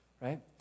right